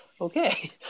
Okay